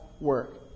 work